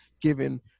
given